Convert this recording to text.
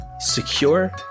secure